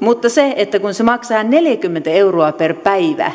mutta kun se maksaa neljäkymmentä euroa per päivä